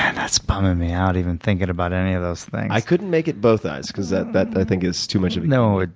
that's bumming me out even thinking about any of those things. i couldn't make it both eyes because that that i think is too much of no.